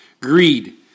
Greed